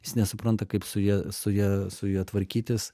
jis nesupranta kaip su ja su ja su ja tvarkytis